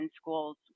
schools